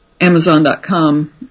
Amazon.com